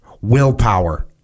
Willpower